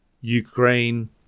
Ukraine